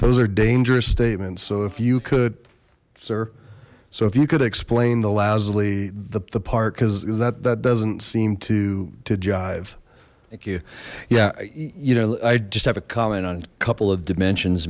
those are dangerous statements so if you could sir so if you could explain the lasley the park because that that doesn't seem to to jive thank you yeah you know i just have a comment on a couple of dimensions